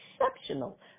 exceptional